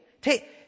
Take